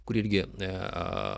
kur irgi